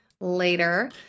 later